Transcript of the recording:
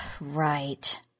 Right